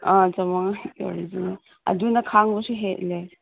ꯑꯥ ꯑꯗꯨꯅ ꯈꯥꯡꯕꯁꯨ ꯍꯦꯜꯂꯦ